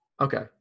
Okay